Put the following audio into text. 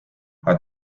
aga